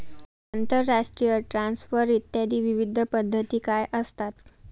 आंतरराष्ट्रीय ट्रान्सफर इत्यादी विविध पद्धती काय असतात?